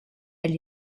elle